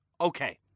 Okay